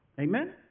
Amen